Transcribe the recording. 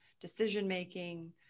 decision-making